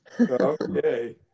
Okay